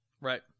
Right